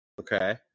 Okay